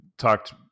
talked